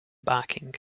barking